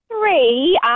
three